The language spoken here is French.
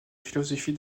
philosophie